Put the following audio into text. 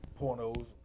pornos